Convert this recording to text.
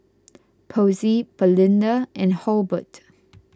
Posey Belinda and Halbert